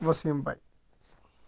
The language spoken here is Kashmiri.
وسیٖم بھایی